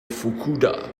fukuda